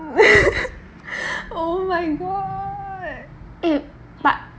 oh my god eh but